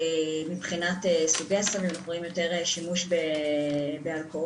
מבחינת סוגי הסמים אנחנו רואים יותר שימוש באלכוהול,